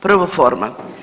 Prvo forma.